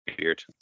weird